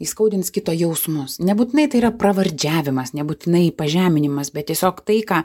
įskaudins kito jausmus nebūtinai tai yra pravardžiavimas nebūtinai pažeminimas bet tiesiog tai ką